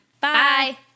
Bye